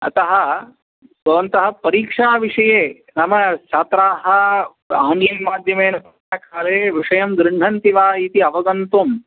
अतः भवन्तः परीक्षाविषये नाम छात्राः आन्लैन् माध्यमेन सम्यक् काले विषयं गृह्णन्ति वा इति अवगन्तुम्